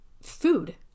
food